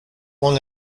long